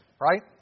right